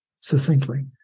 succinctly